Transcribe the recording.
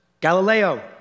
Galileo